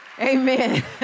Amen